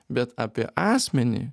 bet apie asmenį